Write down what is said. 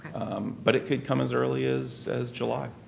but it could come as early as as july.